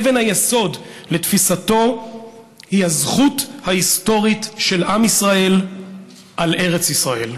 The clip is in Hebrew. אבן היסוד לתפיסתו היא הזכות ההיסטורית של עם ישראל על ארץ ישראל: